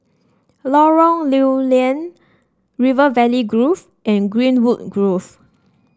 Lorong Lew Lian River Valley Grove and Greenwood Grove